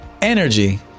energy